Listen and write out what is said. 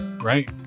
right